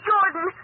Jordan